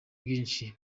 bwinshi